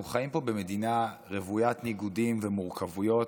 אנחנו חיים פה במדינה רוויית ניגודים ומורכבויות,